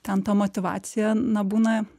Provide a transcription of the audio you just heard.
ten ta motyvacija na būna